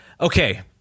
Okay